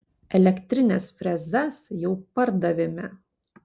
elektrines frezas jau pardavėme